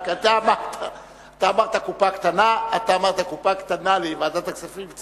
רק אתה אמרת קופה קטנה לוועדת הכספים.